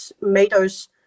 meters